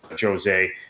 Jose